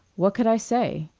what could i say?